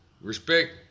Respect